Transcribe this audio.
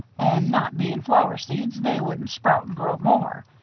and not bein' flower seeds, they wouldn't sprout and grow more.